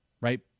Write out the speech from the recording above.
right